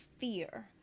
fear